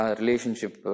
relationship